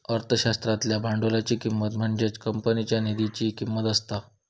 अर्थशास्त्रातल्या भांडवलाची किंमत म्हणजेच कंपनीच्या निधीची किंमत असता